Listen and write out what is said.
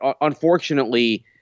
Unfortunately –